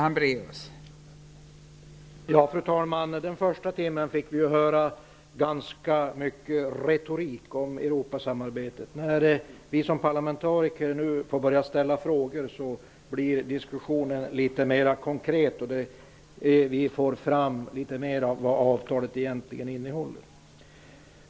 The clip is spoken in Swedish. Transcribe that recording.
Fru talman! Den första timmen fick vi höra ganska mycket retorik om Europasamarbetet. När vi som parlamentariker nu får börja ställa frågor, blir diskussionen litet mera konkret, och vi får fram litet mer av vad avtalet egentligen innehåller.